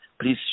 please